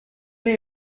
est